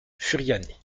furiani